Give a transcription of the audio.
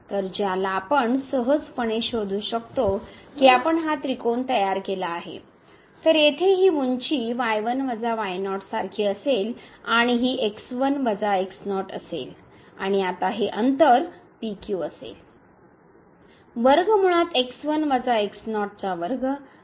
तर ज्याला आपण सहजपणे शोधू शकतो की आपण हा त्रिकोण तयार केला आहे तर येथे ही उंची y1 y0 सारखी असेल आणि ही x1 x0 असेल आणि आता हे अंतर P Q असेल